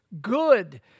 good